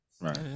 Right